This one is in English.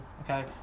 okay